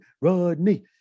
Rodney